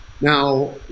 Now